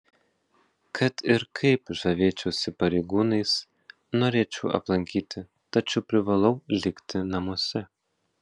kad ir kaip žavėčiausi pareigūnais norėčiau aplankyti tačiau privalau likti namuose